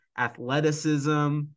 athleticism